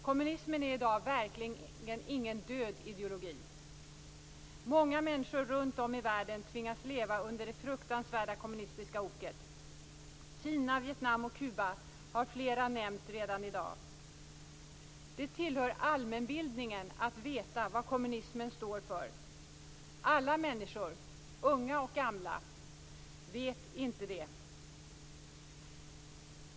Kommunismen är i dag verkligen ingen död ideologi. Många människor runt om i världen tvingas leva under det fruktansvärda kommunistiska oket. Kina, Vietnam och Kuba har flera redan nämnt i dag. Det tillhör allmänbildningen att veta vad kommunismen står för. Alla människor - unga och gamla - vet inte det.